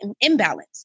imbalance